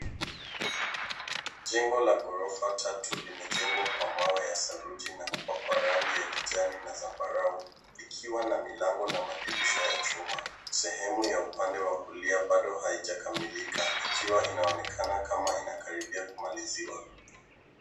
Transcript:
Jengo la ghorofa tatu limejengwa kwa mawe ya saruji na kupakwa rangi ya kijani na zambarau, likiwa na milango na madirisha ya chuma. Sehemu ya upande wa kulia bado haijakamilika ikiwa inaonekana kama inakaribia kumaliziwa.